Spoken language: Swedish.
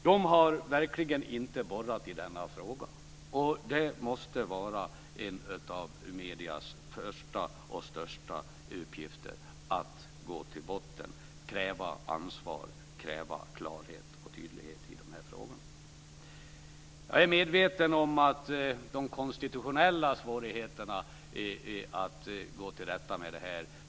Den har verkligen inte borrat i denna fråga. Det måste vara en av mediernas första och största uppgifter att gå till botten, kräva ansvar och kräva klarhet och tydlighet i dessa frågor. Jag är medveten om de konstitutionella svårigheterna att gå till rätta med detta.